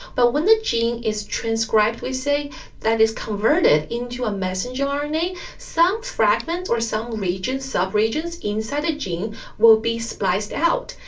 but when the gene is transcribed, we say that it is converted into a messenger rna. some fragment or some subregions subregions inside a gene will be spliced out,